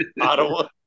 Ottawa